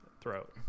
throat